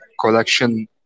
collection